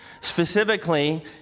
Specifically